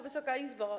Wysoka Izbo!